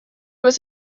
was